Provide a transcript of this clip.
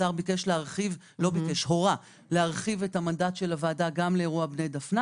השר הורה להרחיב את המנדט של הוועדה גם לאירוע בית דפנה